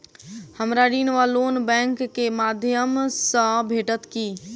हमरा ऋण वा लोन बैंक केँ माध्यम सँ भेटत की?